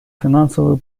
финансовую